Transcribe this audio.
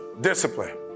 Discipline